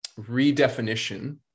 redefinition